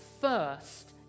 first